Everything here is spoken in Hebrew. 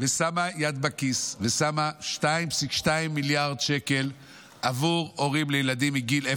ששמה יד בכיס ושמה 2.2 מיליארד שקל עבור הורים לילדים בגילי